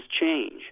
change